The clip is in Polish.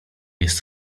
jest